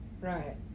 Right